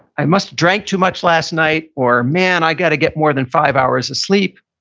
i must drank too much last night. or, man, i got to get more than five hours of sleep.